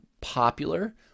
popular